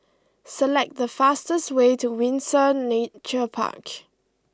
select the fastest way to Windsor Nature Park